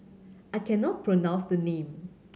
I cannot pronounce the name